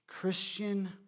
Christian